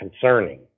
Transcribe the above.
concerning